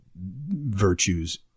virtues